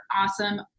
awesome